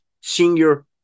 Senior